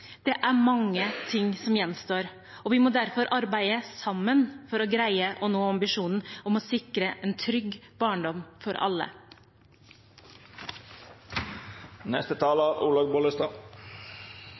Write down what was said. Det er mange ting som gjenstår, og vi må arbeide for at vi når ambisjonen om å sikre en trygg barndom for absolutt alle.